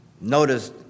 Notice